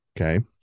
Okay